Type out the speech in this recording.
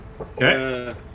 Okay